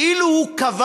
כאילו הוא קבע